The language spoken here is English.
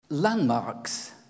landmarks